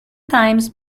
times